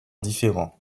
différents